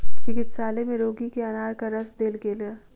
चिकित्सालय में रोगी के अनारक रस देल गेल